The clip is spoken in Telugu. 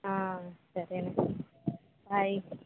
ఆ సరే అయితే బాయ్